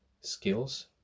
skills